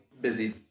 busy